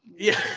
yeah.